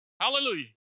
Hallelujah